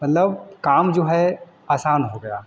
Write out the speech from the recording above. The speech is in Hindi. मतलब काम जो है आसान हो गया